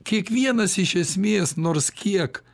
kiekvienas iš esmės nors kiek